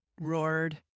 roared